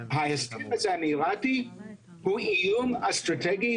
שההסכם האמירתי הזה הוא איום אסטרטגי